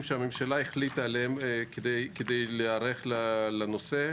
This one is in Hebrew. שהממשלה החליטה עליהם כדי להיערך לנושא.